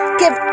give